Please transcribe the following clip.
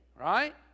right